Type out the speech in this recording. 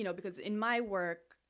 you know because in my work,